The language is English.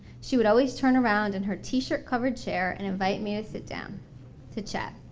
she would always turn around in her t-shirt covered chair and invite me to sit down to chat